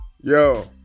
Yo